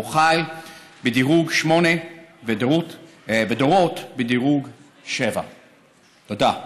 ברור חיל בדירוג 8 ודורות בדירוג 7. תודה.